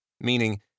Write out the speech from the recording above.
meaning